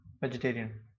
Vegetarian